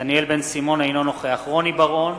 אינו נוכח רוני בר-און,